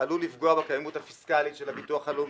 עלול לפגוע בקיימות הפיסקלית של הביטוח הלאומי,